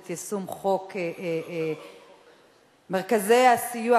את יישום חוק מרכזי הסיוע,